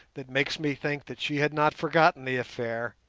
that makes me think that she had not forgotten the affair,